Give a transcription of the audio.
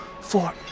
four